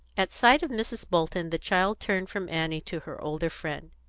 at sight of mrs. bolton the child turned from annie to her older friend.